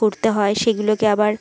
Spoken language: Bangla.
করতে হয় সেগুলোকে আবার